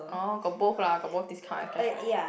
oh got both lah got both discount and cashback